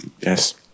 Yes